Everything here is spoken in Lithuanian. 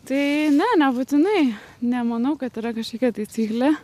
tai ne nebūtinai nemanau kad yra kažkokia taisyklė